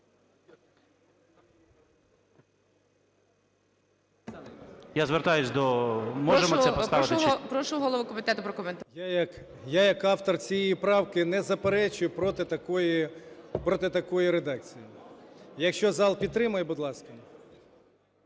Я як автор цієї правки не заперечую проти такої редакції. Якщо зал підтримає – будь ласка.